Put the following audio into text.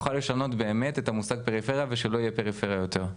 נוכל באמת לשנות את המושג פריפריה ושלא תהיה פריפריה יותר.